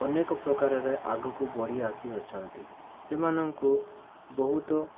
ଅନେକ ପ୍ରକାରରେ ଆଗକୁ ବଢ଼ି ଆସିଅଛନ୍ତି ସେମାନଙ୍କୁ ବହୁତ